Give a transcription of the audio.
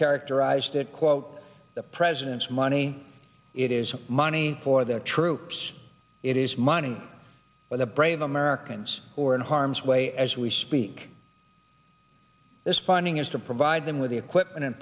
characterized it quote the president's money it is money for their troops it is money for the brave americans who are in harm's way as we speak this funding is to provide them with the equipment and